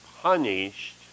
punished